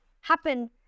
happen